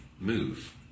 move